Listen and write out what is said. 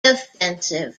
offensive